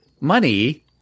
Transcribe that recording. money